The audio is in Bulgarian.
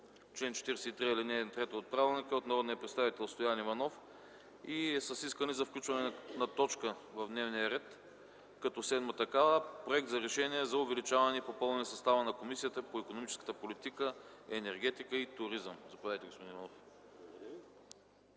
чл. 43, ал. 3 от правилника е от народния представител Стоян Иванов и е с искане за включване на точка в дневния ред като т. 7 – Проект за решение за увеличаване и попълване състава на Комисията по икономическата политика, енергетика и туризъм. Заповядайте, господин Иванов.